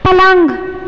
पलङ्ग